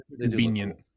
Convenient